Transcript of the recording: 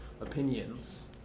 opinions